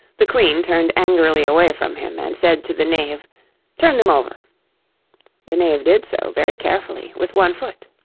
the queen turned angrily away from him, and said to the knave turn them over the knave did so, very carefully, with one foot.